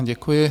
Děkuji.